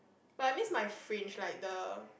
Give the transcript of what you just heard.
but I miss my fringe like the